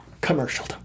Commercial